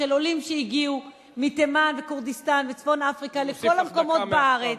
של עולים שהגיעו מתימן וכורדיסטן וצפון-אפריקה לכל המקומות בארץ.